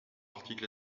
article